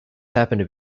happened